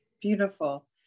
beautiful